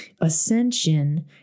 ascension